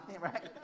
right